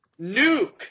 Nuke